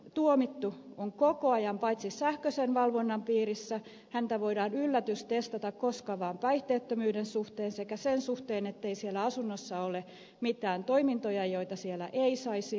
tuomittu on koko ajan paitsi sähköisen valvonnan piirissä häntä voidaan yllätystestata koska vaan päihteettömyyden suhteen sekä sen suhteen ettei siellä asunnossa ole mitään toimintoja joita siellä ei saisi olla